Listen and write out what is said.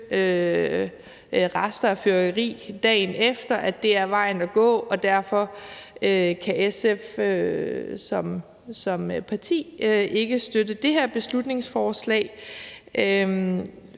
rester af fyrværkeri dagen efter, er vejen at gå, og derfor kan SF som parti ikke støtte det her beslutningsforslag.